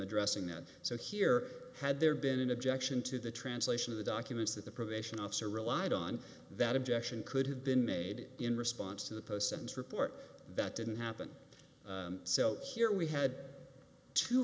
addressing that so here had there been an objection to the translation of the documents that the probation officer relied on that objection could have been made in response to the person's report that didn't happen so here we had two